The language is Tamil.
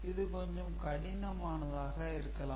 இது கொஞ்சம் கடினமானதாக இருக்கலாம்